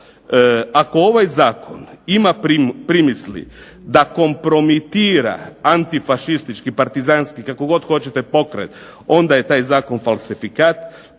Ako ovaj zakon ima primisli da kompromitira antifašistički, partizanski, kako god hoćete pokret, onda je taj zakon falsifikat.